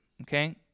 okay